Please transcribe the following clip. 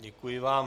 Děkuji vám.